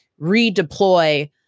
redeploy